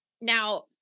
now